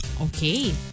Okay